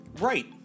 Right